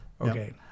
Okay